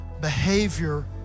behavior